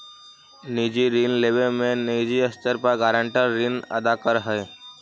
निजी ऋण लेवे में निजी स्तर पर गारंटर ऋण अदा करऽ हई